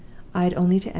i had only to add,